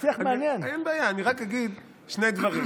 אין בעיה, אני רק אגיד שני דברים.